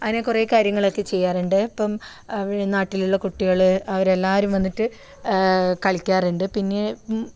അങ്ങനെ കുറേ കാര്യങ്ങളൊക്കെ ചെയ്യാറുണ്ട് ഇപ്പം അവിടെ നാട്ടിലുള്ള കുട്ടികൾ അവരെല്ലാവരും വന്നിട്ട് കളിക്കാറുണ്ട് പിന്നെ